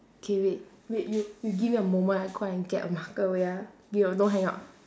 K wait wait you you give me a moment I go and get a marker wait ah you don't hang up